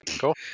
Cool